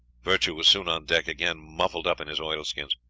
virtue was soon on deck again, muffled up in his oilskins.